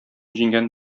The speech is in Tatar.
җиңгән